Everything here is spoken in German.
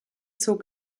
zog